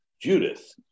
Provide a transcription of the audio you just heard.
Judith